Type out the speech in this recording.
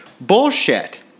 bullshit